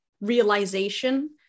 realization